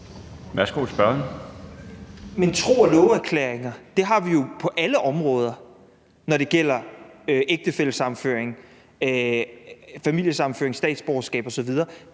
Vad (S): Men tro og love-erklæringer har vi jo på alle områder, når det gælder ægtefællesammenføring, familiesammenføring, statsborgerskab osv.